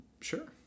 Sure